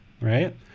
right